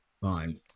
Fine